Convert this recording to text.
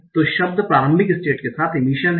तो शब्द प्रारंभिक स्टेट के साथ इमिशन हैं